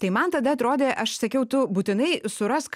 tai man tada atrodė aš sakiau tu būtinai surask